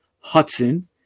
Hudson